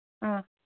ꯑꯥ